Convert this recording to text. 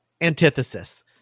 antithesis